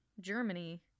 germany